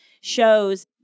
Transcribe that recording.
shows